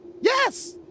yes